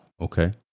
Okay